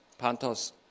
pantos